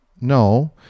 No